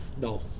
No